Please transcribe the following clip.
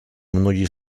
многие